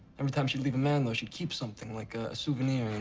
every time she'd leave a man, though, she'd keep something, like a souvenir. and